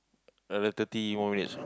another thirty more minutes